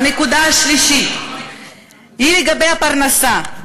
הנקודה השלישית היא לגבי הפרנסה,